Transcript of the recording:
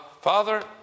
Father